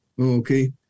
Okay